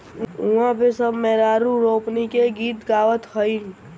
उहा पे सब मेहरारू रोपनी के गीत गावत हईन